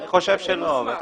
אני חושב שלא.